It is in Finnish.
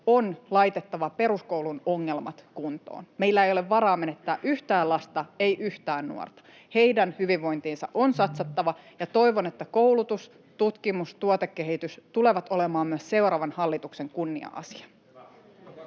on laitettava peruskoulun ongelmat kuntoon. Meillä ei ole varaa menettää yhtään lasta, ei yhtään nuorta. Heidän hyvinvointiinsa on satsattava, ja toivon, että koulutus, tutkimus ja tuotekehitys tulevat olemaan myös seuraavan hallituksen kunnia-asia.